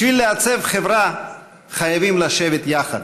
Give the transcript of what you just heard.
בשביל לעצב חברה חייבים לשבת יחד,